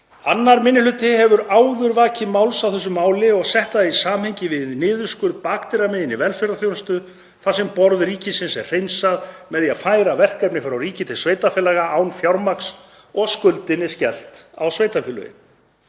2. minni hluti hefur áður vakið máls á þessu máli og sett það í samhengi við niðurskurð bakdyramegin í velferðarþjónustu þar sem borð ríkisins er hreinsað með því að færa verkefni frá ríki til sveitarfélaga án fjármagns og skuldinni skellt á sveitarfélögin.